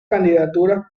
candidaturas